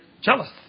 jealous